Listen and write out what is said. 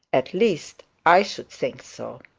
at least, i should think so